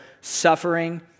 suffering